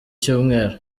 cyumweru